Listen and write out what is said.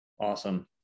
Awesome